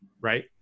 Right